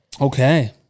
Okay